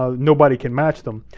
ah nobody can match them,